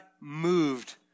moved